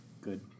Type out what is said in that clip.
Good